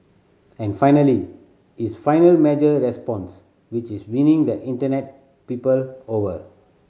and finally his final measured response which is winning the Internet people over